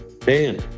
Dan